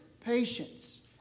patience